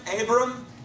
Abram